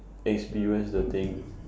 experience the thing